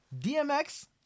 DMX